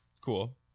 cool